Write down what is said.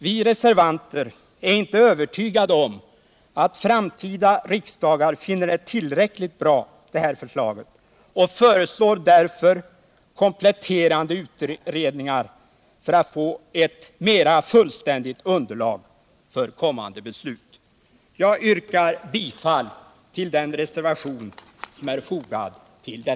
Vi är inte övertygade om att framtida riksdagar finner det här förslaget tillräckligt bra och föreslår därför kompletterande utredningar för att få fram ett mera fullständigt underlag för kommande beslut.